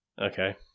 Okay